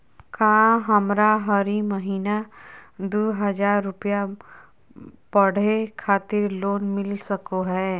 का हमरा हरी महीना दू हज़ार रुपया पढ़े खातिर लोन मिलता सको है?